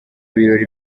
birori